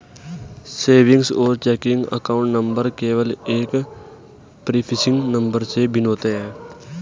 savings और checking account number केवल एक प्रीफेसिंग नंबर से भिन्न होते हैं